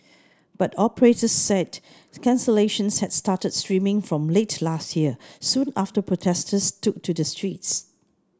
but operators said cancellations had started streaming from late last year soon after protesters took to the streets